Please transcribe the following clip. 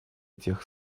тех